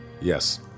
Yes